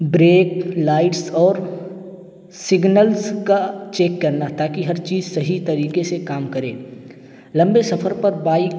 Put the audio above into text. break lights اور signals کا check کرنا تاکہ ہر چیز صحیح طریقے سے کام کرے لمبے سفر پر بائیک